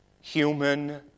human